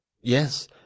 Yes